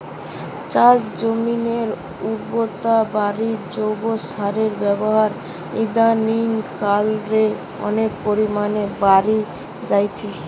চাষজমিনের উর্বরতা বাড়িতে জৈব সারের ব্যাবহার ইদানিং কাল রে অনেক পরিমাণে বাড়ি জাইচে